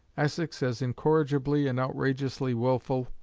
essex as incorrigibly and outrageously wilful,